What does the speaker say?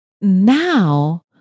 now